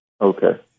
Okay